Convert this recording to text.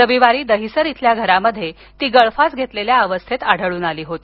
रविवारी दहिसर इथल्या घरामध्ये ती गळफास घेतेल्या अवस्थेत आढळून आली होती